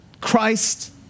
Christ